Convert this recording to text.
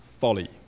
folly